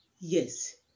Yes